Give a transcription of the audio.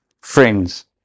friends